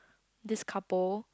this couple